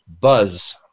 buzz